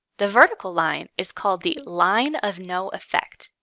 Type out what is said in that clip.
the vertical line is called the line of no effect.